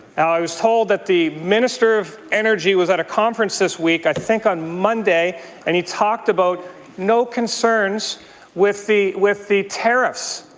i was told the minister of energy was at a conference this week i think on monday and he talked about no concerns with the with the tariffs.